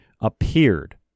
Appeared